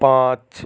পাঁচ